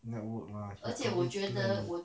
network lah his company people